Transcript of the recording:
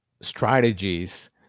strategies